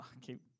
keep